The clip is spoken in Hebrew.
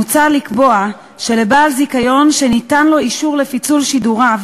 מוצע לקבוע שלבעל זיכיון שניתן לו אישור לפיצול שידוריו,